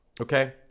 Okay